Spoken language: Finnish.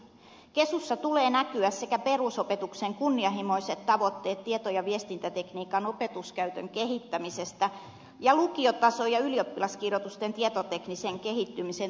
kesussa tulee näkyä kunnianhimoiset tavoitteet perusopetuksen tieto ja viestintätekniikan opetuskäytön kehittämisestä ja lukiotason ja ylioppilaskirjoitusten tietoteknisen kehittymisen tulevaisuudesta